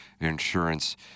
Insurance